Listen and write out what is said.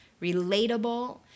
relatable